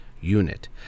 unit